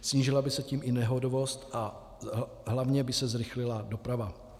Snížila by se tím i nehodovost a hlavně by se zrychlila doprava.